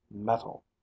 metal